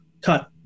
cut